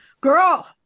Girl